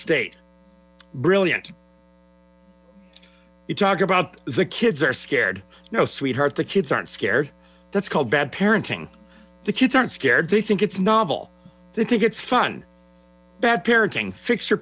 state brilliant you talk about the kids are scared no sweetheart the kids aren't scared that's called bad parenting the kids aren't scared they think it's novel they think it's fun bad parenting fix